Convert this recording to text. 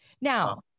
now